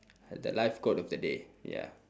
the life quote of the day ya